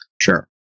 Sure